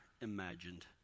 imagined